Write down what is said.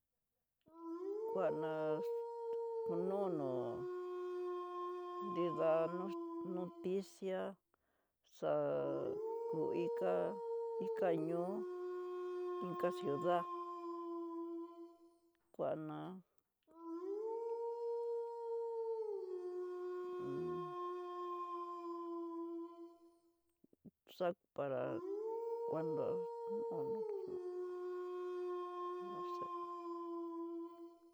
Kuana kú no nó nridá no- noticia xá kú iká iká ñoo, inka ciudad kuana xá para cuando no sé.